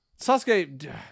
Sasuke